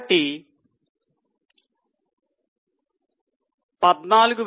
కాబట్టి 14477